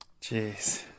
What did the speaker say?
Jeez